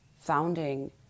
founding